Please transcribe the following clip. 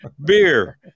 beer